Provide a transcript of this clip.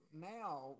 now